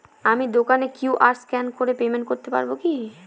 আমি দোকানে QR scan করে পেমেন্ট করতে পারবো কি?